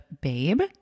Babe